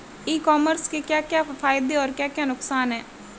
ई commerce के क्या क्या फायदे और क्या क्या नुकसान है?